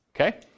Okay